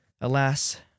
Alas